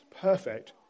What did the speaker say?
perfect